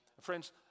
Friends